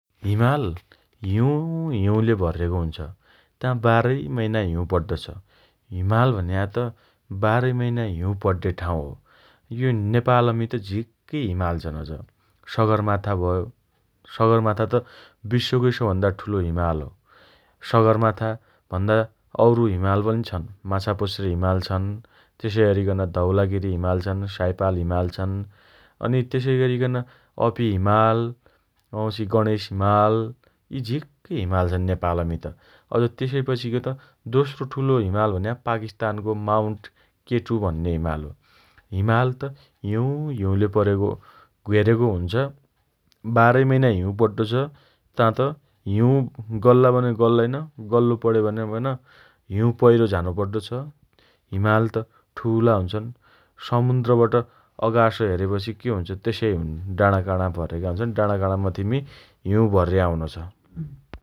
हिमाल हिउँ हिउँले भरिएको हुन्छ । त्याँ बाह्रै मैना हिउँ पड्डोछ । हिमाल भन्या त बाह्रै मैना हिउँ पड्डे ठाउँ हो । यो नेपालमी त झिक्कै हिमाल छन् अझ । सगरमाथा, सगरमाथा त विश्वकै सबैभन्दा ठूलो हिमाल हो । सगरमाथा भन्दा अरु हिमाल पनि छन् । माछापुच्छ्रे हिमाल छन् । धौलागिरी हिमाल छन् । साइपाल हिमाल छन् । अनि तेसैगरिकन अपि हिमाल वाउँछि गणेश हिमाल यी झिक्कै हिमाल छन् नेपालमी त । अझ तेसैपछिको त दोस्रो ठूलो हिमाल भन्या पाकिस्तानको माउन्ट केटु भन्ने हिमाल हो । हिमाल त हिउँ हिउँले परेको घेरेको हुन्छ । बाह्रै महिना हिउँ पड्डो छ । ताँ त हिउँ गल्ला पनि गल्लैन । गल्लो पणेपनि हिउँ पहिरो झानो पड्डो छ । हिमाल त ठूला हुना छन् । समुन्द्रबाट अकाश हेरेपछि के हुन्छ तेसाइ हुन डाँडाकाँडा भरेका हुन्छन् । डाडाकाँडा मथिमि हिउँ भर्या हुनोछ ।